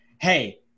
hey